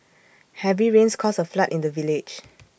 heavy rains caused A flood in the village